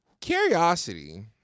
Curiosity